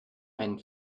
einen